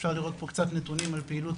אפשר לראות פה קצת נתונים, על פעילות